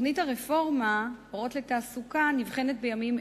תוכנית הרפורמה "אורות לתעסוקה" נבחנת בימים